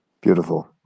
Beautiful